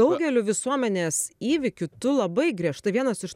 daugeliu visuomenės įvykių tu labai griežtai vienas iš